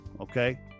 Okay